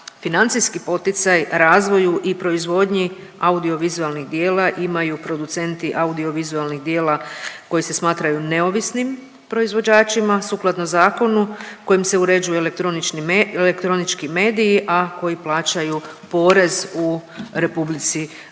financijski poticaj razvoju i proizvodnji audiovizualnih djela imaju producenti audiovizualnih djela koji se smatraju neovisnim proizvođačima sukladno zakonu kojim se uređuju elektronički mediji, a koji plaćaju porez u RH.